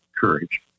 courage